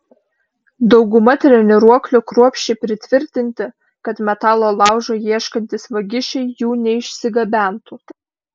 dauguma treniruoklių kruopščiai pritvirtinti kad metalo laužo ieškantys vagišiai jų neišsigabentų